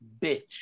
bitch